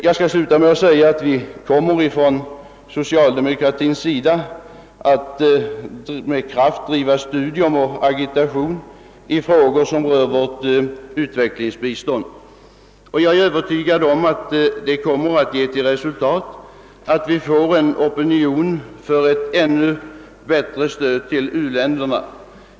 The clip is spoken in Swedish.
Jag skall sluta med att säga att vi från socialdemokratiskt håll kommer att med kraft driva studieoch agitationsverksamhet i frågor som rör vårt utveck lingsbistånd. Jag är övertygad om att en sådan aktivitet kommer att resultera i en större opinion för ett ännu bättre stöd till u-länderna.